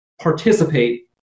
participate